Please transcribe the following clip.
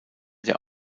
der